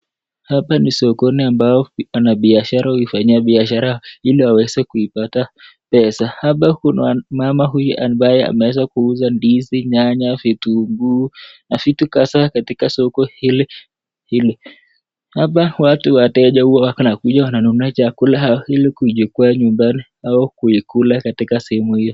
Hapa ni sokoni ambao wanabiashara huifanyia biashara ili waweze kuipata pesa. Hapa kuna mama huyu ambaye ameweza kuuza ndizi, nyanya, vitunguu na vitu kadhaa katika soko hili hili. Hapa watu wateja huwa wanakuja wananunua chakula hili kuikula nyumbani au kuikula sehemu hiyo.